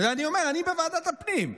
אז אני אומר, אני בוועדת הפנים.